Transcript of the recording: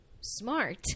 smart